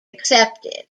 accepted